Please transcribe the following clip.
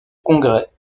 congrès